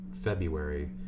February